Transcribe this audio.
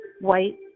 white